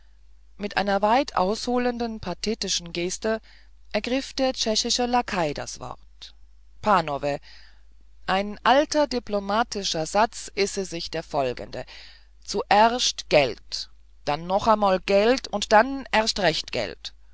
mit einer weit ausholenden pathetischen geste ergriff der tschechische lakai das wort panove ein alter diplomatischer satz ise sich der folgende zuerscht geld dann noch amol geld und dann erscht recht geld